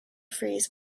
freeze